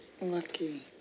Lucky